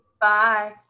Bye